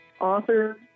author